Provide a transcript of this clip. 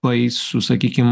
baisų sakykim